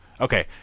okay